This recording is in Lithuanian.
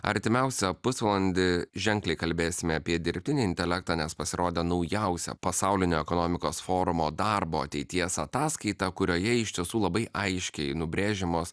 artimiausią pusvalandį ženkliai kalbėsime apie dirbtinį intelektą nes pasirodė naujausia pasaulinio ekonomikos forumo darbo ateities ataskaita kurioje iš tiesų labai aiškiai nubrėžiamos